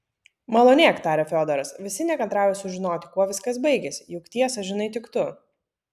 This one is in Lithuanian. malonėk tarė fiodoras visi nekantrauja sužinoti kuo viskas baigėsi juk tiesą žinai tik tu